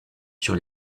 sur